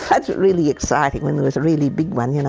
floods are really exciting, and there was a really big one, you know,